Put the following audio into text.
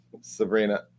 Sabrina